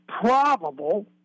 probable